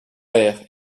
l’air